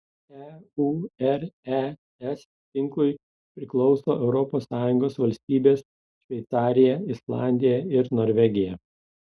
eures tinklui priklauso europos sąjungos valstybės šveicarija islandija ir norvegija